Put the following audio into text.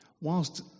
whilst